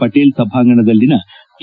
ಪಟೇಲ್ ಸಭಾಂಗಣದಲ್ಲಿನ ಕೆ